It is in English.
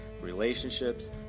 Relationships